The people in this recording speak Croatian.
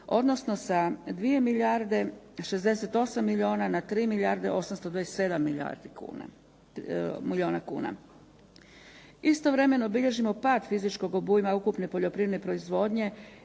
odnosno sa 2 milijarde 68 milijuna na 3 milijarde 827 milijuna kuna. Istovremeno bilježimo pad fizičkog obujma ukupne poljoprivredne proizvodnje